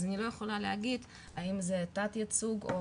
אני לא יכולה להגיד האם זה תת ייצוג.